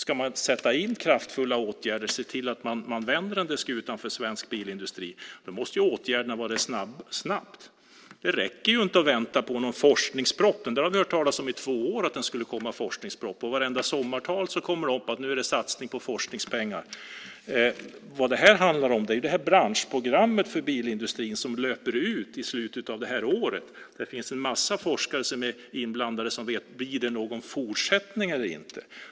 Ska man sätta in kraftfulla åtgärder och se till att skutan vänds när det gäller svensk bilindustri måste åtgärderna komma snabbt. Det räcker inte att vänta på en forskningsproposition. I två år har vi hört talas om att en sådan ska komma. I vartenda sommartal heter det: Nu är det en satsning på forskningspengar. Vad det här handlar om är det branschprogram för bilindustrin som löper ut i slutet av detta år. En massa forskare som är inblandade undrar om det blir en fortsättning eller inte.